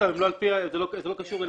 לא צריך להחריג אותם, זה לא קשור אליהם.